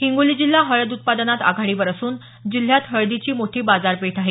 हिंगोली जिल्हा हळद उत्पादनात आघाडीवर असून जिल्ह्यात हळदीची मोठी बाजारपेठ आहे